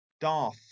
Darth